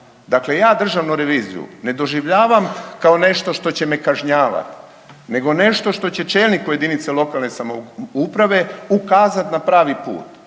Dakle, ja Državnu reviziju ne doživljavam kao nešto što će me kažnjavati, nego nešto što će čelniku jedinice lokalne samouprave ukazati na pravi put.